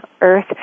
earth